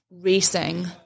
racing